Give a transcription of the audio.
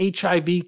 HIV